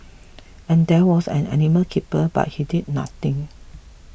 and there was an animal keeper but he did nothing